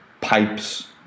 pipes